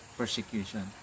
persecution